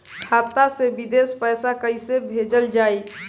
खाता से विदेश पैसा कैसे भेजल जाई?